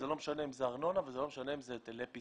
זה לא משנה אם זה ארנונה או היטלי פיתוח.